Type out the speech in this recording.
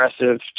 aggressive